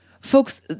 Folks